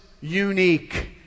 unique